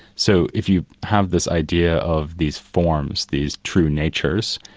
so if you have this idea of these forms, these true natures,